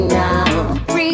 now